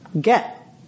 get